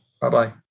Bye-bye